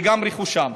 וגם רכושם.